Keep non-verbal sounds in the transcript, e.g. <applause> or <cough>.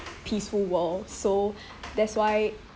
peaceful world so <breath> that's why